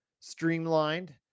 Streamlined